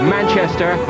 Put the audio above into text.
Manchester